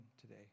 today